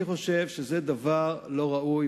אני חושב שזה דבר לא ראוי,